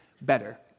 better